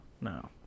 no